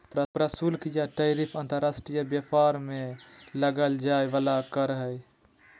प्रशुल्क या टैरिफ अंतर्राष्ट्रीय व्यापार में लगल जाय वला कर हइ